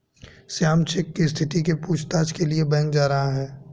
Shyam cheque की स्थिति के पूछताछ के लिए बैंक जा रहा है